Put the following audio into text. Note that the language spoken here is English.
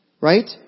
Right